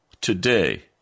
today